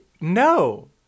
no